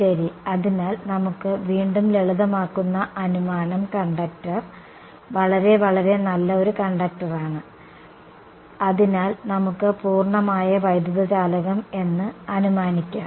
ശരി അതിനാൽ നമുക്ക് വീണ്ടും ലളിതമാക്കുന്ന അനുമാനം കണ്ടക്ടർ വളരെ വളരെ നല്ല ഒരു കണ്ടക്ടറാണ് അതിനാൽ നമുക്ക് പൂർണ്ണമായ വൈദ്യുതചാലകം എന്ന് അനുമാനിക്കാം